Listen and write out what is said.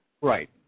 Right